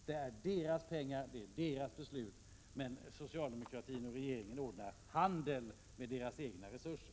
Det är fråga om företagets pengar och om dess beslut, men socialdemokraterna och regeringen anordnar en handel med företagets egna resurser.